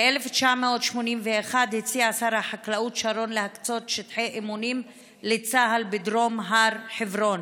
ב-1981 הציע שר החקלאות שרון להקצות שטחי אימונים לצה"ל בדרום הר חברון